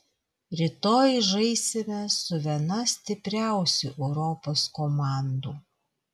rytoj žaisime su viena stipriausių europos komandų